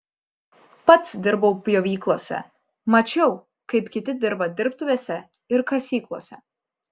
pats dirbau pjovyklose mačiau kaip kiti dirba dirbtuvėse ir kasyklose